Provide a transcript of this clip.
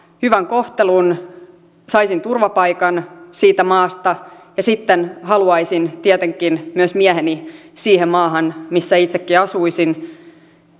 hyvän kohtelun saisin turvapaikan siitä maasta ja sitten haluaisin tietenkin myös mieheni siihen maahan missä itsekin asuisin